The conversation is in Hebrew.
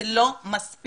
זה לא מספיק.